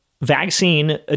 vaccine